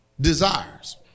desires